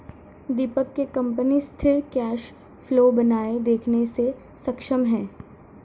दीपक के कंपनी सिथिर cash flow बनाए रखने मे सक्षम है